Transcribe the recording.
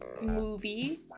movie